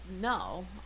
no